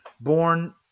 born